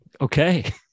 Okay